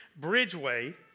Bridgeway